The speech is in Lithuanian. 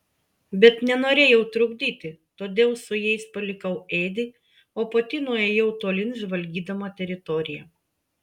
bet nenorėjau trukdyti todėl su jais palikau edį o pati nuėjau tolyn žvalgydama teritoriją